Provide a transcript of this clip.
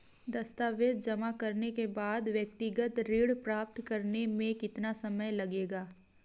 दस्तावेज़ जमा करने के बाद व्यक्तिगत ऋण प्राप्त करने में कितना समय लगेगा?